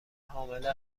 حامله